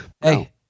hey